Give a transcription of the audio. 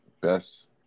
best